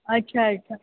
अच्छा अच्छा